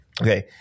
okay